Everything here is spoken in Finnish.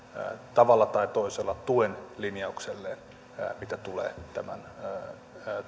tavalla tai toisella myös tuen linjaukselleen mitä tulee tämän